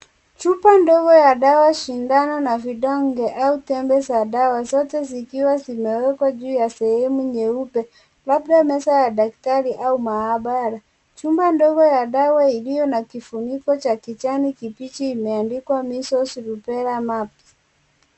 Chupa ndogo ya dawa sindano na vidonge au tembe za dawa zote zikiwa zimewekwa juu ya sehemu nyeupe labda meza ya daktari au mahabara chupa ndogo ya dawa ilio na kifuniko cha kijani kibichi imeandikwa measles, rubella mumps .